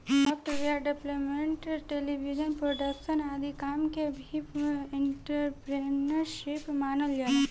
software development television production आदि काम के भी एंटरप्रेन्योरशिप मानल जाला